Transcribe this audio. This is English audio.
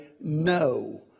no